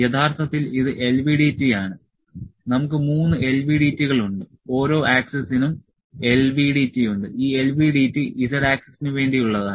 യഥാർത്ഥത്തിൽ ഇത് LVDT ആണ് നമുക്ക് 3 LVDT കളുണ്ട് ഓരോ ആക്സിസിനും LVDT ഉണ്ട് ഈ LVDT z ആക്സിസിന് വേണ്ടിയുള്ളതാണ്